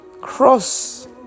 cross